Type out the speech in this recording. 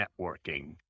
networking